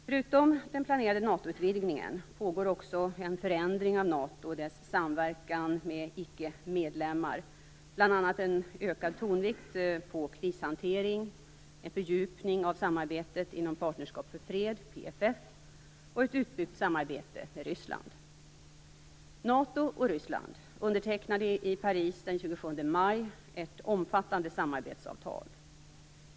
Förutom den planerade NATO-utvidgningen pågår också en förändring av NATO och dess samverkan med icke-medlemmar, bl.a. en ökad tonvikt på krishantering, en fördjupning av samarbetet inom Partnerskap för fred, PFF, och ett utbyggt samarbete med Ryssland. 27 maj ett omfattande samarbetsavtal.